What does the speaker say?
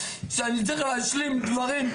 אני צריך להשלים דברים,